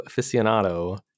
aficionado